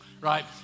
right